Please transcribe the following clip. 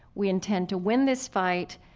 we intend to win this fight.